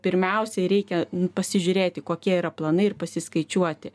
pirmiausiai reikia pasižiūrėti kokie yra planai ir pasiskaičiuoti